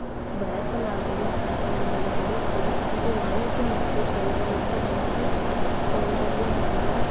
ಬಳಸಲಾಗುವ ಸಂಪನ್ಮೂಲಗಳು ಇವೆ ಇದು ವಾಣಿಜ್ಯ ಮತ್ತು ಕೈಗಾರಿಕಾ ಬಳಕೆ ಸೌಂದರ್ಯ ಮೌಲ್ಯ